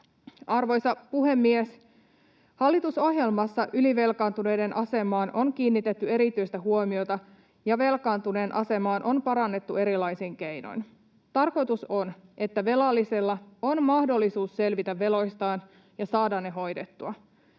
Arvoisa puhemies! Hallitusohjelmassa ylivelkaantuneiden asemaan on kiinnitetty erityistä huomiota ja velkaantuneen asemaa on parannettu erilaisin keinoin. Tarkoitus on, että velallisella on mahdollisuus selvitä veloistaan ja saada ne hoidettua.